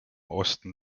osten